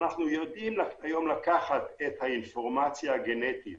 אנחנו יודעים היום לקחת את האינפורמציה הגנטית